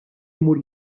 jmur